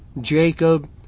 Jacob